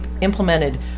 implemented